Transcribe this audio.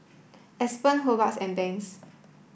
Aspen Hobart and Banks